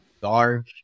dark